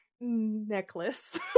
necklace